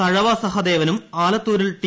തഴവ സഹദേവനും ആലത്തൂരിൽ ടി